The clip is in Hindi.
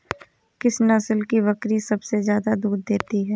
किस नस्ल की बकरी सबसे ज्यादा दूध देती है?